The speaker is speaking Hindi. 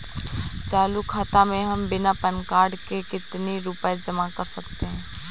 चालू खाता में हम बिना पैन कार्ड के कितनी रूपए जमा कर सकते हैं?